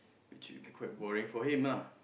which you'd be quite boring for him ah